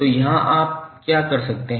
तो यहाँ आप क्या कर सकते हैं